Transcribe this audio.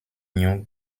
young